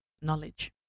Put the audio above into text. knowledge